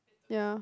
ya